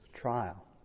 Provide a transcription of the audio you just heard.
trial